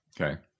Okay